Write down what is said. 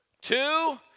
Two